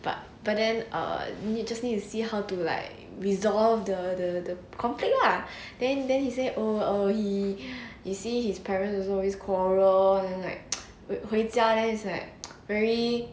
but but then err need just need to see how to like resolve the the conflict lah then then he say oh err he he sees his parents also always quarrel and like 回家 then is like very